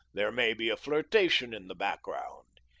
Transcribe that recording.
there may be a flirtation in the background.